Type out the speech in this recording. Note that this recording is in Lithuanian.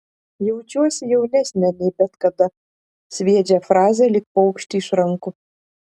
jaučiuosi jaunesnė nei bet kada sviedžia frazę lyg paukštį iš rankų